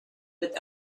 with